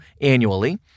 annually